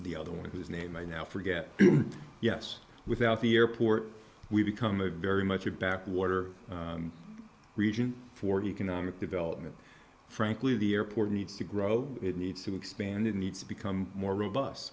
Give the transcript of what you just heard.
the other one whose name i now forget yes without the airport we become a very much a backwater region for economic development frankly the airport needs to grow it needs to expand it needs to become more rob